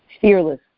fearless